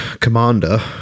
commander